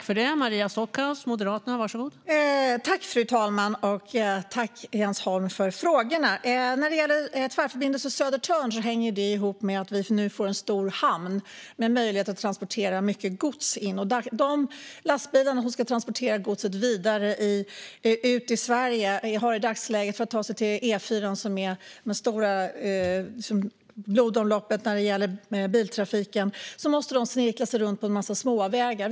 Fru talman! Tack, Jens Holm, för frågorna! När det gäller Tvärförbindelse Södertörn hänger det ihop med att vi där får en stor hamn med möjlighet att transportera in mycket gods. De lastbilar som ska transportera godset vidare ut i Sverige måste i dagsläget snirkla runt på en massa småvägar för att ta sig till E4:an, som är det stora blodomloppet för biltrafiken.